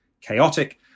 chaotic